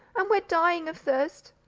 and we're dying of thirst.